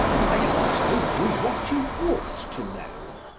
and i have told you what you ought to know.